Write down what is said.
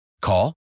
Call